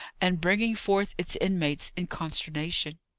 and bringing forth its inmates in consternation.